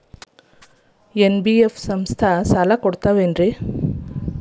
NBF ಸಂಸ್ಥಾ ಸಾಲಾ ಕೊಡ್ತಾವಾ?